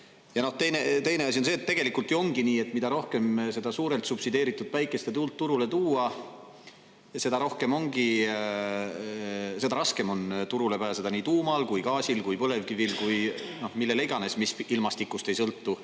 Teine asi on see, et tegelikult ju ongi nii, et mida rohkem seda suurelt subsideeritud päikest ja tuult turule tuua, seda raskem on turule pääseda nii tuumal, gaasil kui ka põlevkivil – millel iganes, mis ilmastikust ei sõltu.